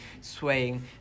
swaying